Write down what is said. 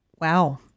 Wow